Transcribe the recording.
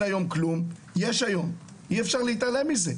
היום כלום יש היום ואי אפשר להתעלם מזה.